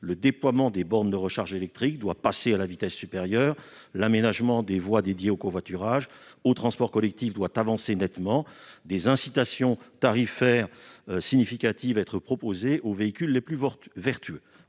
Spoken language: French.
le déploiement des bornes de recharge électrique doit passer à la vitesse supérieure. L'aménagement de voies réservées au covoiturage et aux transports collectifs doit nettement progresser, et des incitations tarifaires significatives être proposées aux véhicules les plus vertueux,